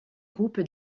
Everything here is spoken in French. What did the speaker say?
groupe